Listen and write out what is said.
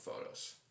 photos